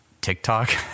TikTok